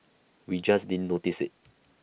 we just didn't notice IT